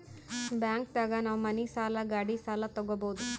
bank ದಾಗ ನಾವ್ ಮನಿ ಸಾಲ ಗಾಡಿ ಸಾಲ ತಗೊಬೋದು